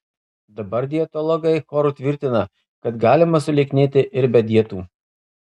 dabar dietologai choru tvirtina kad galima sulieknėti ir be dietų